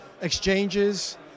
exchanges